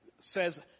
says